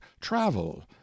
TRAVEL